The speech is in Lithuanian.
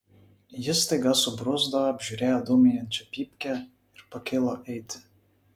jis staiga subruzdo apžiūrėjo dūmijančią pypkę ir pakilo eiti